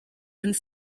and